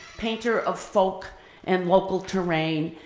painter of folk and local terrain,